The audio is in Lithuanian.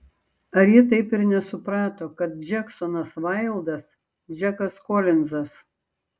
ar ji taip ir nesuprato kad džeksonas vaildas džekas kolinzas